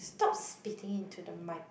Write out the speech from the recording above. stop spitting into the mic